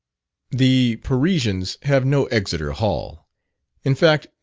the parisians have no exeter hall in fact,